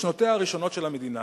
בשנותיה הראשונות של המדינה